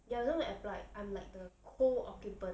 ya you are the one who applied I am the co-occupant